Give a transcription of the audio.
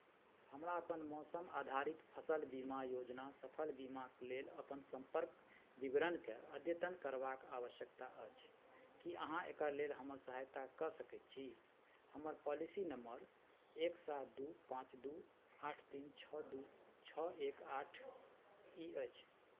हमरा अपन मौसम आधारित फसिल बीमा योजना सफल बीमाके लेल अपन सम्पर्क विवरणकेँ अद्यतन करबाक आवश्यकता अछि कि अहाँ एकर लेल हमर सहायता कऽ सकै छी हमर पॉलिसी नम्बर एक सात दुइ पाँच दुइ आठ तीन छओ दुइ छओ एक आठ ई अछि